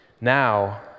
Now